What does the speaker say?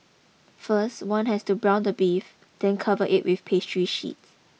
first one has to brown the beef then cover it with pastry sheet